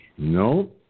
No